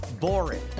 boring